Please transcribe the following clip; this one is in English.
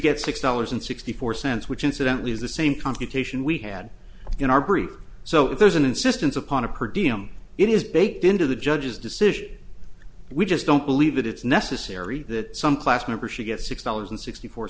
get six dollars and sixty four cents which incidentally is the same computation we had in our brief so if there's an insistence upon a perdiem it is baked into the judge's decision we just don't believe that it's necessary that some class member should get six dollars and sixty four